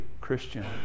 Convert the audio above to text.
Christian